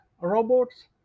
robots